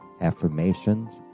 affirmations